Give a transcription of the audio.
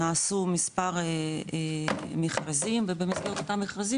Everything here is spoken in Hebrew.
נעשו מספר מכרזים ובמסגרת אותם מכרזים,